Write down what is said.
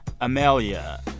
Amelia